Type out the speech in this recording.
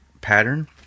pattern